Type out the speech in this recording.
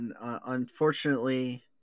Unfortunately